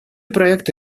проекта